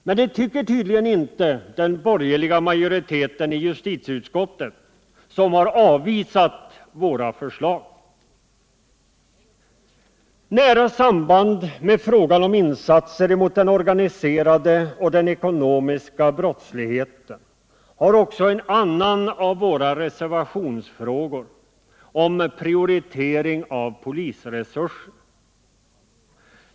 Men det tycker tydligen inte den borgerliga majoriteten i justitieutskottet, som har avvisat våra förslag. Nära samband med frågan om insatser mot den organiserade och den ekonomiska brottsligheten har också en annan av våra reservationsfrågor — prioritering av polisresurser.